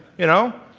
you know?